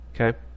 Okay